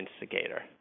instigator